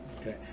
Okay